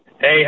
Hey